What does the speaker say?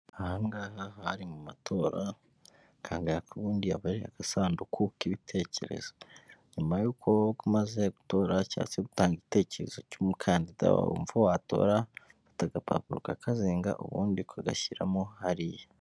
Aha ngaha hari mu matora aka ngaka ubundi aba ari agasanduku k'ibitekerezo, nyuma yuko umaze gutora cyangwa se gutanga igitekerezo cy'umukandida wumva watora ufata agapapuro ukakazinga ubundi ukagashyiramo hariya.